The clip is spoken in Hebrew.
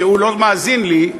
כי הוא לא מאזין לי,